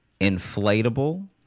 Inflatable